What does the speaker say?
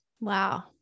Wow